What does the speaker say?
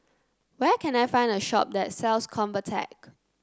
where can I find a shop that sells Convatec